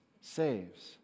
saves